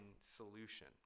solution